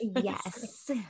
Yes